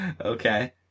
Okay